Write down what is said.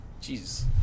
Jesus